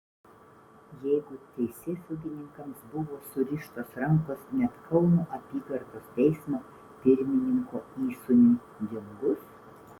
jeigu teisėsaugininkams buvo surištos rankos net kauno apygardos teismo pirmininko įsūniui dingus